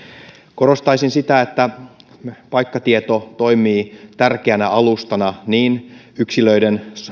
korostaisin sitä että paikkatieto toimii tärkeänä alustana niin yksilöiden